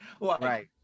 Right